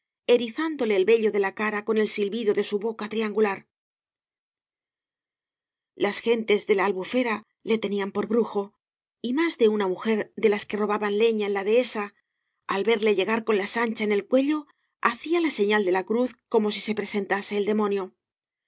de la cara con el silbido de su boca triangular las gentes de la albufera le tenían por brujo y más de una mujer de las que robaban lefia en la dehesa al verle llegar con la sancha en el cuello bacía la señal de la cruz como si se presentase el demonio